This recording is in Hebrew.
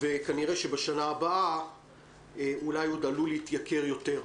וכנראה בשנה הבאה הוא עלול להתייקר אף יותר.